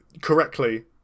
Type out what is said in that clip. correctly